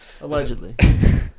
Allegedly